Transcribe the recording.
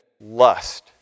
Lust